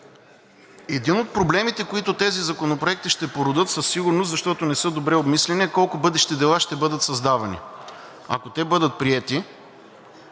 Един от проблемите, които тези законопроекти ще породят със сигурност, защото не са добре обмислени, колко бъдещи дела ще бъдат създавани, ако те бъдат приети.